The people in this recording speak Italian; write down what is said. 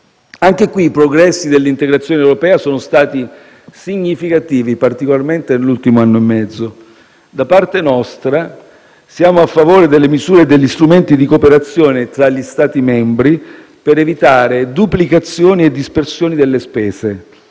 Anche qui i progressi dell'integrazione europea sono stati significativi, particolarmente nell'ultimo anno e mezzo. Da parte nostra siamo a favore delle misure e degli strumenti di cooperazione tra gli Stati membri per evitare duplicazioni e dispersione delle spese: